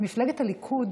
מפלגת הליכוד,